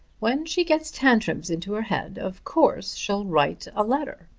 when she gets tantrums into her head of course she'll write a letter.